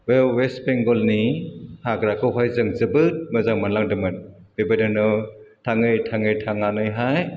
बे वेस्ट बेंगलनि हाग्राखौहाय जों जोबोथ मोजां मोनलांदोंमोन बेबायदिनो थाङै थाङै थांनानैहाय